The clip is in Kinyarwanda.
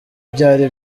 byari